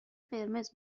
قرمز